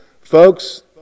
folks